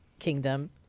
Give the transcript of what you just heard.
kingdom